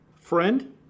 Friend